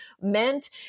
meant